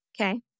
Okay